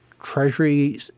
Treasury